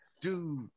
Dude